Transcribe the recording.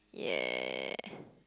yeah